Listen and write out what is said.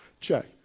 check